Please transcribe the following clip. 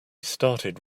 started